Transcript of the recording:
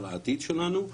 על העתיד שלנו,